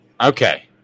Okay